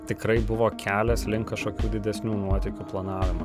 tikrai buvo kelias link kažkokių didesnių nuotykių planavimo